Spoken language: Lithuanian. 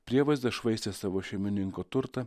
prievaizdas švaistė savo šeimininko turtą